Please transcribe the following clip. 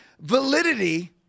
validity